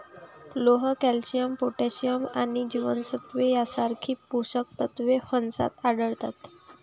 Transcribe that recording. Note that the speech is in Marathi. लोह, कॅल्शियम, पोटॅशियम आणि जीवनसत्त्वे यांसारखी पोषक तत्वे फणसात आढळतात